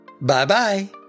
Bye-bye